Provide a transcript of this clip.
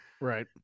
Right